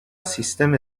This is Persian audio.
سیستم